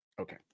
Okay